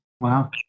Wow